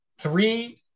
three